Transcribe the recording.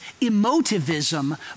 emotivism